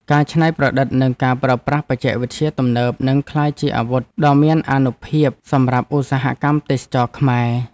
ការច្នៃប្រឌិតនិងការប្រើប្រាស់បច្ចេកវិទ្យាទំនើបនឹងក្លាយជាអាវុធដ៏មានអានុភាពសម្រាប់ឧស្សាហកម្មទេសចរណ៍ខ្មែរ។